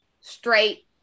straight